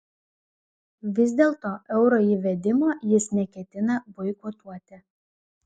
vis dėlto euro įvedimo jis neketina boikotuoti